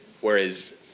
whereas